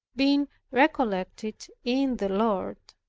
being recollected in the lord.